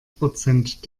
prozent